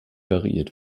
variiert